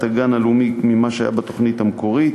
הגן הלאומי לעומת מה שהיה בתוכנית המקורית,